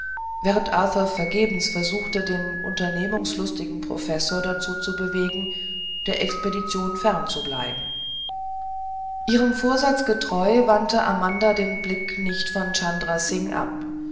während arthur vergebens versuchte den unternehmungslustigen professor dazu zu bewegen der expedition fern zu bleiben ihrem vorsatz getreu wandte amanda den blick nicht von chandra singh ab